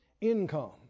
Income